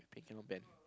I cannot bend